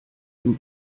dem